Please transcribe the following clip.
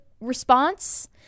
response